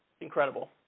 Incredible